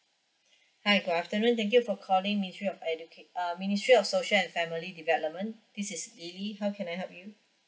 hi good afternoon thank you for calling ministry of educa~ uh ministry of social and family development this is lily how can I help you